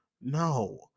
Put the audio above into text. No